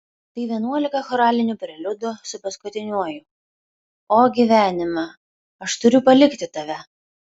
tai vienuolika choralinių preliudų su paskutiniuoju o gyvenime aš turiu palikti tave